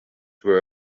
were